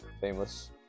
famous